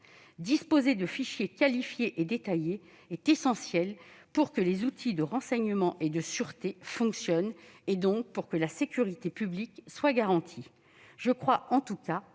Disposer de fichiers qualifiés et détaillés est essentiel pour que les outils de renseignement et de sûreté fonctionnent et pour garantir la sécurité publique. Je pense en tout cas,